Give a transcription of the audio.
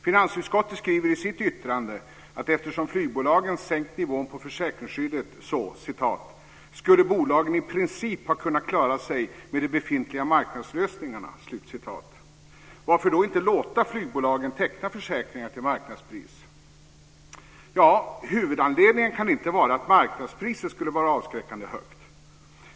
Finansutskottet skriver i sitt yttrande att eftersom flygbolagen sänkt nivån på försäkringsskyddet "skulle bolagen i princip ha kunnat klara sig med de befintliga marknadslösningarna". Varför då inte låta flygbolagen teckna försäkringar till marknadspris? Huvudanledningen kan inte vara att marknadspriset skulle vara avskräckande högt.